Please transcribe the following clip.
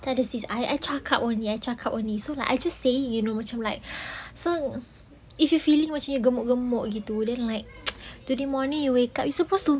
tak ada sis I I cakap only I cakap only so like I just saying it you know macam like so if you feeling macam gemuk-gemuk gitu then like today morning you wake up you supposed to